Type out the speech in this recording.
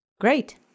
Great